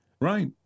Right